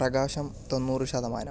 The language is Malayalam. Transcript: പ്രകാശം തൊണ്ണൂറു ശതമാനം